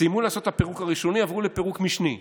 סיימו לעשות את הפירוק הראשוני, עברו לפירוק משני.